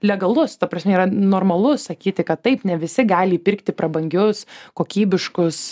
legalus ta prasme yra normalu sakyti kad taip ne visi gali įpirkti prabangius kokybiškus